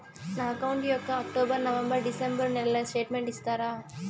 నా అకౌంట్ యొక్క October, November, December నెలల స్టేట్మెంట్ ఇస్తారా?